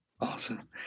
Awesome